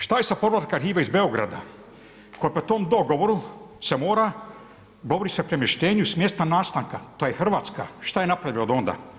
Šta je sa povratak arhive iz Beograda … dogovoru, se mora, govori se o premještanju sa mjesta nastanka, to je Hrvatska, što je napravila od onda?